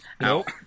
Nope